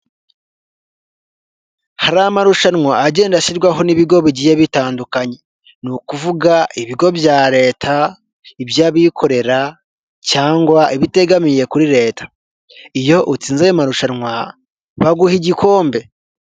Hari amarushanwa agenda ashyirwaho n'ibigo bigiye bitandukanye; ni ukuvuga ibigo bya leta, iby'abikorera cyangwa ibitegamiye kuri leta. Iyo utsinze ayo marushanwa baguha igikombe.